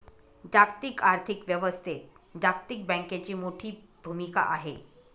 जागतिक आर्थिक व्यवस्थेत जागतिक बँकेची मोठी भूमिका आहे